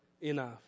enough